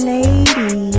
Lady